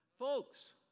Folks